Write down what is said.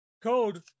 Code